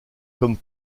comme